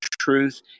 truth